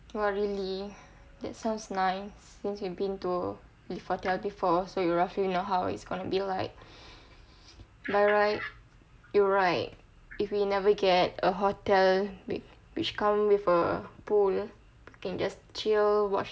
!wah! really that sounds nice since you've been to lyf hotel before so you roughly know how it's gonna be like but right you're right if we never get a hotel wh~ which come with a pool can just chill watch